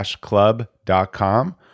club.com